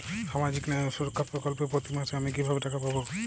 সামাজিক ন্যায় ও সুরক্ষা প্রকল্পে প্রতি মাসে আমি কিভাবে টাকা পাবো?